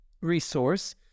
resource